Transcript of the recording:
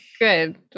good